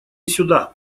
сюда